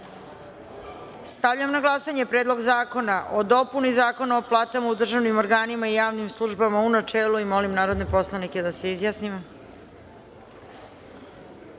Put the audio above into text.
celini. Stavljam na glasanje Predlog zakona o dopuni Zakona o platama u državnim organima i javnim službama, u načelu. Molim narodne poslanike da se